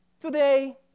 today